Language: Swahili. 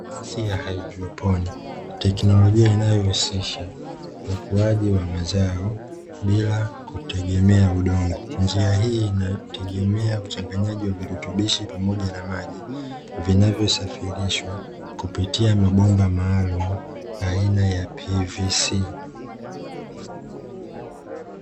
Hidroponiki teknolojia inayorahisisha ukuwaji wa mazao bila kutegemea udongo, njia hii inategemea urutubishi wa mchanganyiko pamoja na maji vinavyosafirishwa kwa kutumia mabomba maalumu aina ya"PVC" .